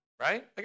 Right